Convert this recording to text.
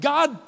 God